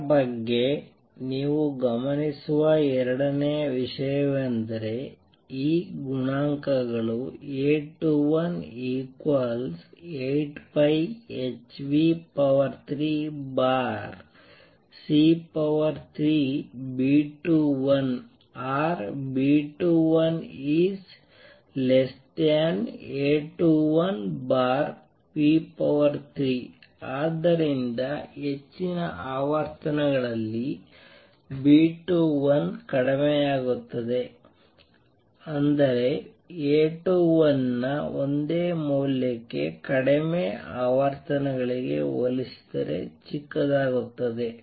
ಇದರ ಬಗ್ಗೆ ನೀವು ಗಮನಿಸುವ ಎರಡನೆಯ ವಿಷಯವೆಂದರೆ ಈ ಗುಣಾಂಕಗಳು A21 8πh3c3 B21 or B21 is A213 ಆದ್ದರಿಂದ ಹೆಚ್ಚಿನ ಆವರ್ತನಗಳಲ್ಲಿ B21 ಕಡಿಮೆಯಾಗುತ್ತದೆ ಅಂದರೆ A21ನ ಒಂದೇ ಮೌಲ್ಯಕ್ಕೆ ಕಡಿಮೆ ಆವರ್ತನಗಳಿಗೆ ಹೋಲಿಸಿದರೆ ಚಿಕ್ಕದಾಗುತ್ತದೆ